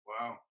Wow